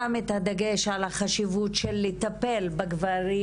הוא שם את הדגש על החשיבות לטפל בגברים,